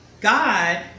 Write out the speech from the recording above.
God